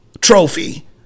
trophy